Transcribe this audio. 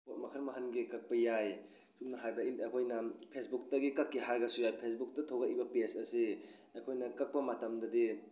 ꯄꯣꯠ ꯃꯈꯜ ꯃꯈꯜꯒꯤ ꯀꯛꯄ ꯌꯥꯏ ꯁꯝꯅ ꯍꯥꯏꯔꯕꯗ ꯑꯩꯈꯣꯏꯅ ꯐꯦꯁꯕꯨꯛꯇꯒꯤ ꯀꯛꯀꯦ ꯍꯥꯏꯔꯒꯁꯨ ꯌꯥꯏ ꯐꯦꯁꯕꯨꯛꯇ ꯊꯣꯛꯂꯛꯂꯤꯕ ꯄꯦꯖ ꯑꯁꯤ ꯑꯩꯈꯣꯏꯅ ꯀꯛꯄ ꯃꯇꯝꯗꯗꯤ